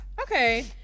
Okay